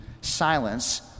silence